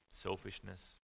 selfishness